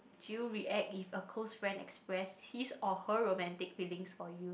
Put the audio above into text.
you react if a close friend express his or her romantic feelings for you